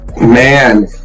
Man